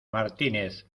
martínez